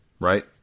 Right